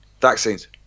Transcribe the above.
Vaccines